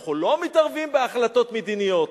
אנחנו לא מתערבים בהחלטות מדיניות.